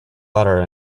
letter